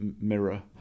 mirror